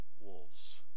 wolves